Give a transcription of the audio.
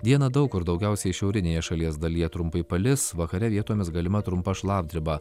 dieną daug kur daugiausiai šiaurinėje šalies dalyje trumpai palis vakare vietomis galima trumpa šlapdriba